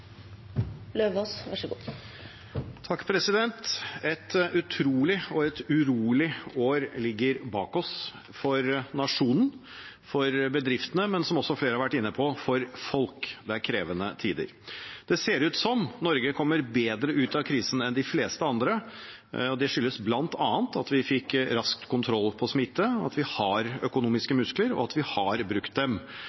Et utrolig og et urolig år ligger bak oss, for nasjonen, for bedriftene og, som flere har vært inne på, for folk. Det er krevende tider. Det ser ut som Norge komme bedre ut av krisen enn de fleste andre. Det skyldes bl.a. at vi fikk rask kontroll på smitten, at vi har økonomiske